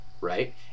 Right